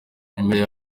numero